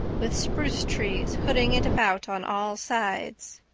with spruce trees hooding it about on all sides.